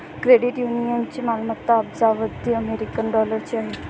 credit युनियनची मालमत्ता अब्जावधी अमेरिकन डॉलरची आहे